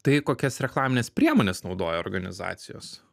tai kokias reklamines priemones naudoja organizacijos